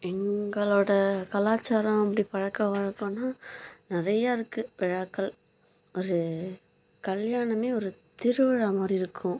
எங்களோடய கலாச்சாரம் அப்படி பழக்க வழக்கன்னா நிறைய இருக்குது விழாக்கள் ஒரு கல்யாணமே ஒரு திருவிழா மாதிரி இருக்கும்